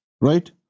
right